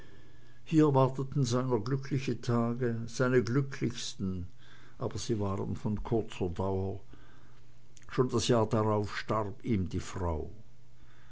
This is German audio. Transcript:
hier warteten seiner glückliche tage seine glücklichsten aber sie waren von kurzer dauer schon das jahr darauf starb ihm die frau